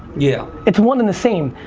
yeah it's one and the same.